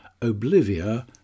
Oblivia